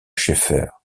scheffer